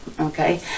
Okay